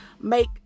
make